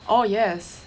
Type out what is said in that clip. oh yes